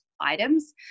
items